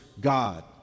God